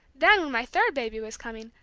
then when my third baby was coming,